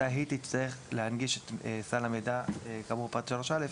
מתי היא תצטרך להנגיש את סל המידע כאמור בפרט (3א),